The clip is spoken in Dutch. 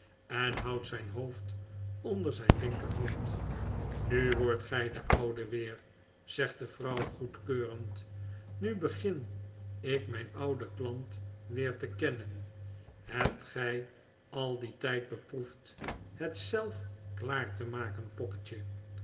en houdt zjjn hoofd onder zyne linkerhand nu wordt gij de oude weer zegtde vrouw goedkeurend nu begin ik mjjn ouden klant weer te kennen hebt gfl al dien tjjd beproefd het zelf klaar te maken poppetje